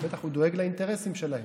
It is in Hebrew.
בטח, הוא דואג לאינטרסים שלהם.